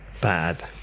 bad